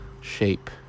shape